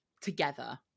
together